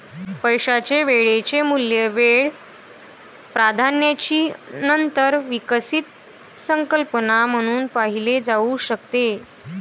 पैशाचे वेळेचे मूल्य वेळ प्राधान्याची नंतर विकसित संकल्पना म्हणून पाहिले जाऊ शकते